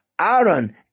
Aaron